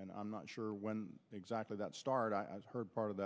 and i'm not sure when exactly that start i've heard part of